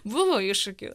buvo iššūkių